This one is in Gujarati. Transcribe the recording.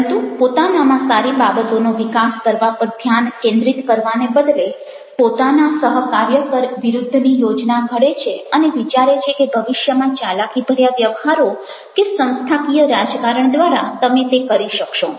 પરંતુ પોતાનામાં સારી બાબતોનો વિકાસ કરવા પર ધ્યાન કેન્દ્રિત કરવાને બદલે પોતાના સહકાર્યકર વિરુદ્ધની યોજના ઘડે છે અને વિચારે છે કે ભવિષ્યમાં ચાલાકીભર્યા વ્યવહારો કે સંસ્થાકીય રાજકારણ દ્વારા તમે તે કરી શકશો